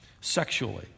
sexually